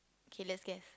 okay let's guess